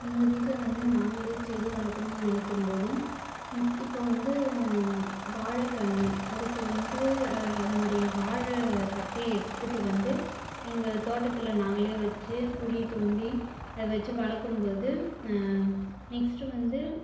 எங்கள் வீட்டில் வந்து நாங்களே செடி வளர்க்கணுன்னு நினைக்கும் போது இப்போது வந்து வாழைக்கன்னு அதுக்கு வந்து அதனுடைய வாழைக்கட்டைய எடுத்துட்டு வந்து எங்கள் தோட்டத்தில் நாங்களே வச்சு குழித்தோண்டி அதை வச்சு வளர்க்கும் போது நெக்ஸ்ட்டு வந்து